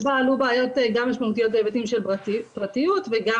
ובה עלו בעיות גם משמעותיות בהיבטים של פרטיות וגם